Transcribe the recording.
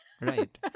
right